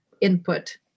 input